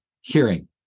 hearing